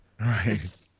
Right